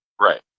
Right